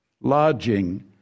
lodging